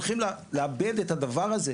ברור שאנחנו הולכים לאבד את הדבר הזה,